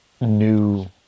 new